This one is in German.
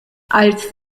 als